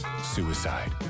suicide